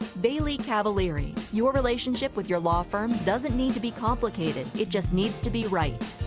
baily-cavalieri your relationship with your law firm doesn't need to be complicated it just needs to be right.